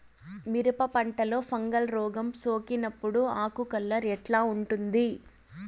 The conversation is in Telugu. మిరప పంటలో ఫంగల్ రోగం సోకినప్పుడు ఆకు కలర్ ఎట్లా ఉంటుంది?